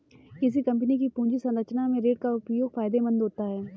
किसी कंपनी की पूंजी संरचना में ऋण का उपयोग फायदेमंद होता है